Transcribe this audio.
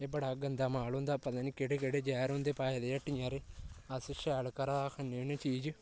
एह् बड़ा गंदा माल होंदा पता निं केह्ड़े केह्ड़े जैहर होंदे पाए दे हट्टिये आह्लें अस शैल घरा खन्ने होने चीज